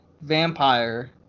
vampire